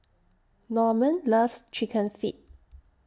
Normand loves Chicken Feet